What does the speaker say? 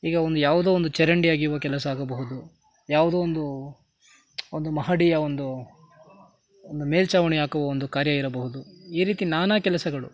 ಈಗ ಒಂದು ಯಾವುದೋ ಒಂದು ಚರಂಡಿ ಅಗೆಯುವ ಕೆಲಸ ಆಗಬಹುದು ಯಾವುದೋ ಒಂದು ಒಂದು ಮಹಡಿಯ ಒಂದು ಒಂದು ಮೇಲ್ಛಾವಣಿ ಹಾಕುವ ಒಂದು ಕಾರ್ಯ ಇರಬಹುದು ಈ ರೀತಿ ನಾನಾ ಕೆಲಸಗಳು